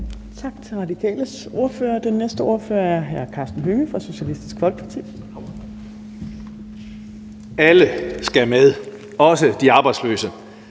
Tak til Radikales ordfører. Den næste ordfører er hr. Karsten Hønge fra Socialistisk Folkeparti. Kl. 13:35 (Ordfører) Karsten